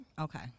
Okay